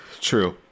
True